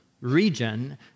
region